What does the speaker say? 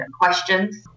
questions